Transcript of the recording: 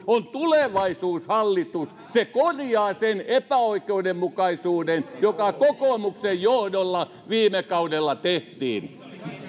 on tulevaisuushallitus se korjaa sen epäoikeudenmukaisuuden joka kokoomuksen johdolla viime kaudella tehtiin